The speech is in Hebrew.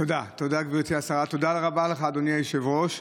תודה רבה לך, אדוני היושב-ראש,